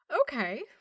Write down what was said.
Okay